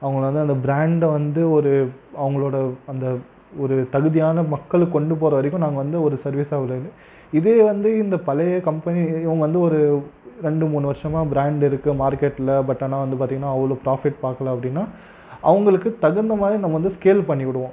அவங்களை வந்து அந்த ப்ராண்டை வந்து ஒரு அவர்களோட அந்த ஒரு தகுதியான மக்களை கொண்டு போகிற வரைக்கும் நாங்கள் வந்து ஒரு சர்வீஸ்ஸை வரும் இதே வந்து இந்த பழைய கம்பெனி இவங்கள் வந்து ஒரு ரெண்டு மூணு வருஷமா ப்ராண்ட்டு இருக்குது மார்க்கெட்டில் பட் ஆனால் வந்து பார்த்தீங்கன்னா அவ்வளோ ப்ராஃபிட் பார்க்கல அப்படின்னா அவர்களுக்கு தகுந்த மாதிரி நம்ம வந்து ஸ்கேல் பண்ணிவிடுவோம்